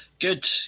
Good